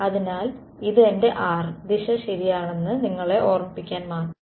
അതിനാൽ ഇത് എന്റെ r ദിശ ശരിയാണെന്ന് നിങ്ങളെ ഓർമ്മിപ്പിക്കാൻ മാത്രം